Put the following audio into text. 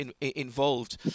involved